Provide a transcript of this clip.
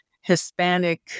Hispanic